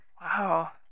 wow